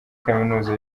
kaminuza